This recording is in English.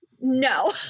No